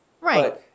Right